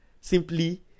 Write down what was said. simply